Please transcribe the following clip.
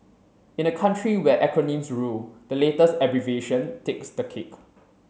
in a country where acronyms rule the latest abbreviation takes the cake